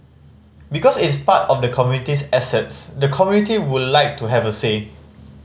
because it's part of the community's assets the community would like to have a say